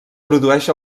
produeix